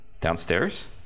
downstairs